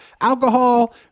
alcohol